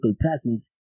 presence